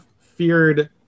feared